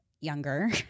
younger